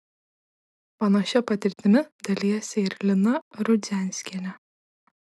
panašia patirtimi dalijasi ir lina rudzianskienė